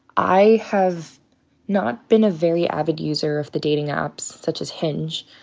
i have not been a very avid user of the dating apps, such as hinge.